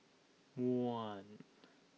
one